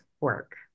work